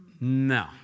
No